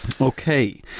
Okay